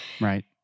right